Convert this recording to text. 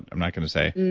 i'm not going to say,